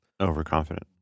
Overconfident